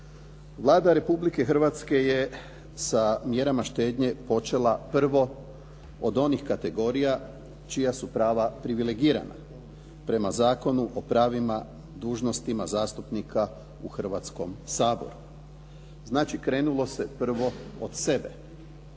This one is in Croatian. Vlada Republike Hrvatske je sa mjerama štednje počela prvo od onih kategorija čija su prava privilegirana prema Zakonu o pravima, dužnostima zastupnika u Hrvatskom saboru. Znači, krenulo se prvo od sebe.